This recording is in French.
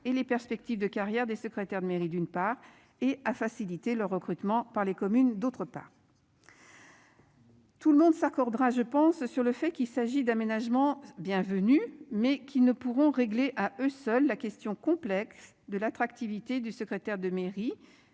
et les perspectives de carrière des secrétaires de mairie d'une part et à faciliter le recrutement par les communes. D'autre part. Tout le monde s'accordera je pense sur le fait qu'il s'agit d'aménagement bienvenue mais qui ne pourront régler à eux seuls la question complexe de l'attractivité du secrétaire de mairie